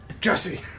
Jesse